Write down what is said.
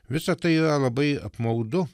visa tai yra labai apmaudu